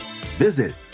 Visit